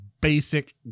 basic